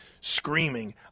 screaming